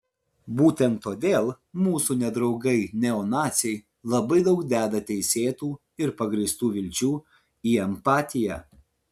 būtent todėl mūsų nedraugai neonaciai labai daug deda teisėtų ir pagrįstų vilčių į empatiją